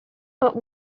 but